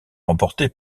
remportée